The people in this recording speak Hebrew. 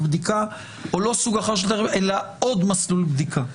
עוד מסלול בדיקה.